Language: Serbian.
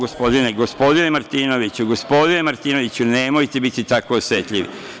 Gospodine Martinoviću, gospodine Martinoviću, nemojte biti tako osetljivi.